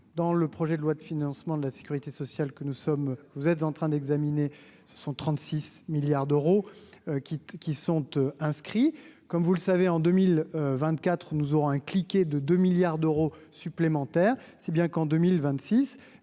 dans le projet de loi de financement de la Sécurité sociale que nous sommes, vous êtes en train d'examiner ce sont 36 milliards d'euros qui qui sont eux-inscrit comme vous le savez, en 2024 nous aurons un cliquer de 2 milliards d'euros supplémentaires, si bien qu'en 2026